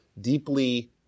deeply